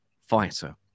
fighter